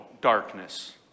darkness